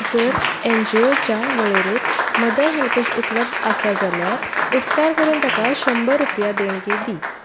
जर एनजीओच्या वळेरेंत मदर हेल्पेज उपलब्ध आसा जाल्यार उपकार करून ताका शंबर रुपया देणगी दी